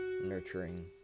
nurturing